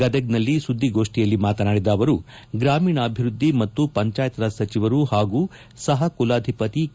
ಗದಗದಲ್ಲಿ ಸುದ್ದಿಗೋಷ್ಠಿಯಲ್ಲಿ ಮಾತನಾಡಿದ ಆವರು ಗ್ರಾಮೀಣಾಭಿವ್ಯರ್ಥಿ ಮತ್ತು ಪಂಚಾಯತ್ ರಾಜ್ ಸಚಿವರು ಪಾಗೂ ಸಪ ಕುಲಾಧಿಪತಿ ಕೆ